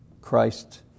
Christ